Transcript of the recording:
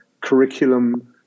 curriculum